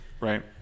Right